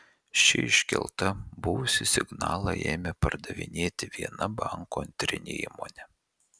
ši iškelta buvusį signalą ėmė pardavinėti viena banko antrinė įmonė